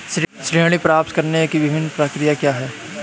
ऋण प्राप्त करने की विभिन्न प्रक्रिया क्या हैं?